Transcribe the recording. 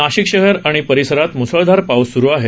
नाशिक शहर आणि परिसरात म्सळधार पाऊस सूरू आहे